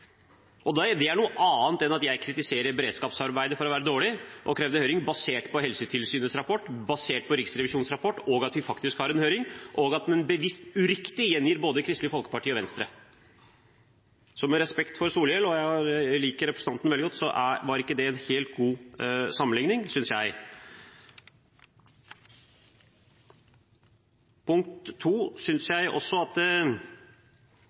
mellomrom, da man har hatt betenkningstid når det gjelder dette. Det er noe annet at en bevisst uriktig gjengir både Kristelig Folkeparti og Venstre, enn at jeg kritiserer beredskapsarbeidet for å være dårlig og krevde høring basert på Helsetilsynets rapport og på Riksrevisjonens rapport, og at vi faktisk har hatt en høring. Så med respekt for Solhjell – jeg liker representanten veldig godt – var ikke det en helt god sammenligning, synes jeg. At